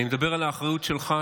אני מדבר על האחריות שלך,